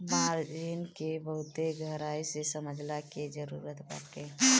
margin के बहुते गहराई से समझला के जरुरत बाटे